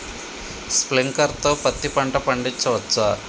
Sprinkler తో పత్తి పంట పండించవచ్చా?